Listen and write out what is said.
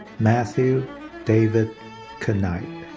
matthew david canipe.